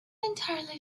entirely